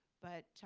but